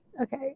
Okay